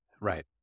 Right